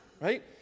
right